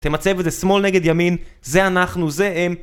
תמצב את זה שמאל נגד ימין, זה אנחנו, זה הם.